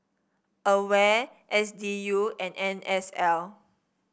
Aware S D U and N S L